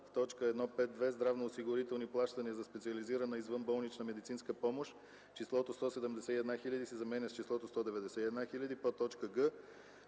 в т.1.5.2 „Здравноосигурителни плащания за специализирана извънболнична медицинска помощ” числото „171 000” се заменя с числото „191 000”; г) в